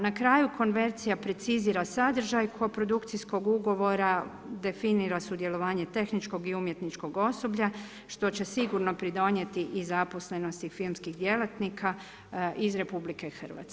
Na kraju, konvencija precizira sadržaj kod produkcijskog ugovora, definira sudjelovanje tehničkog i umjetničkog osoblja, što će sigurno pridonijeti i zaposlenost i filmskih djelatnika iz RH.